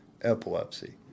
epilepsy